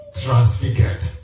transfigured